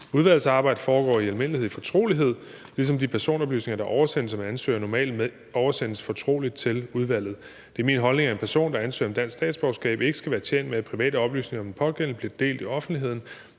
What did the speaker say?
Udvalgsarbejdet foregår i almindelighed i fortrolighed, ligesom de personoplysninger, der oversendes om en ansøger, normalt oversendes fortroligt til udvalget. Det er min holdning, at en person, der ansøger om dansk statsborgerskab, ikke skal være tjent med, at private oplysninger om den pågældende bliver delt i offentligheden.